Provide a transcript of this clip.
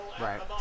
Right